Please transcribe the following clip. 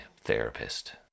therapist